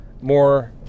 more